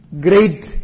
great